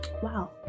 Wow